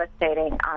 devastating